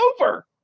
over